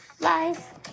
Life